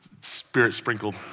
spirit-sprinkled